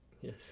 Yes